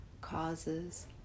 causes